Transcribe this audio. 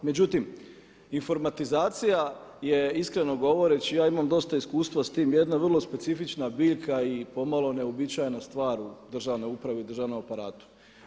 Međutim, informatizacija je iskreno govoreći ja imam dosta iskustva s tim jedna vrlo specifična biljka i pomalo neuobičajena stvar u državnoj upravi i državnom aparatu.